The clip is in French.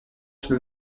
sous